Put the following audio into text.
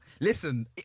Listen